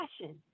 passion